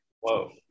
whoa